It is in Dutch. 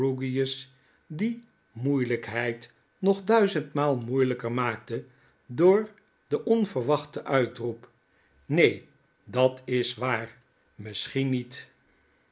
die moeielykheid nog duizendmaal moeielyker maakte door den onverwachten uitoep neen dat is waar misschien niet